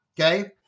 okay